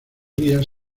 rías